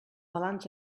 balanç